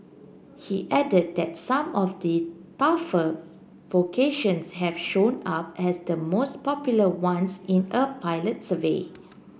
he added that some of the tougher vocations have shown up as the most popular ones in a pilot survey